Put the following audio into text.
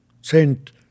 Saint